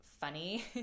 funny